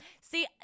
See